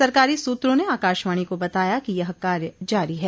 सरकारी सूत्रों ने आकाशवाणी को बताया कि यह कार्य जारी है